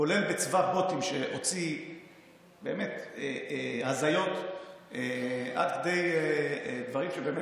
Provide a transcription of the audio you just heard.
כולל בצבא בוטים שהוציא הזיות עד כדי דברים שבאמת,